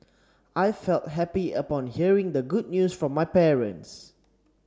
I felt happy upon hearing the good news from my parents